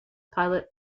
pilot